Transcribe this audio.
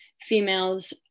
females